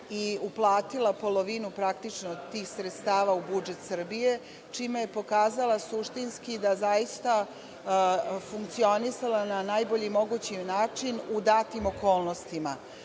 i uplatila polovinu, praktično, tih sredstava u budžet Srbije, čime je pokazala suštinski da je zaista funkcionisala na najbolji mogući način u datim okolnostima.